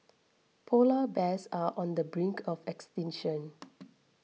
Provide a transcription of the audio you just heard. Polar Bears are on the brink of extinction